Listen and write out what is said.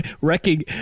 wrecking